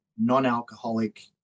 non-alcoholic